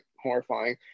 horrifying